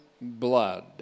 blood